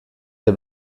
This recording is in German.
der